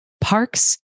parks